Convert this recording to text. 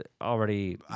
already